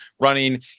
running